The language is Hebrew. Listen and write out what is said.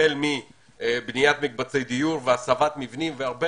החל מבניית מקבצי דיור והסבת מבנים והרבה